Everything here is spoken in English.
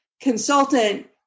consultant